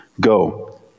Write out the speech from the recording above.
Go